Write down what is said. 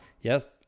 yes